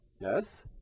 yes